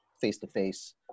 face-to-face